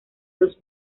dos